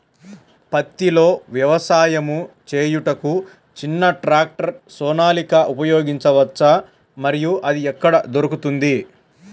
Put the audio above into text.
పత్తిలో వ్యవసాయము చేయుటకు చిన్న ట్రాక్టర్ సోనాలిక ఉపయోగించవచ్చా మరియు అది ఎక్కడ దొరుకుతుంది?